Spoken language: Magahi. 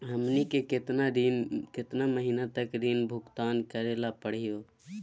हमनी के केतना महीनों तक ऋण भुगतान करेला परही हो?